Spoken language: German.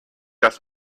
dass